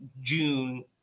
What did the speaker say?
June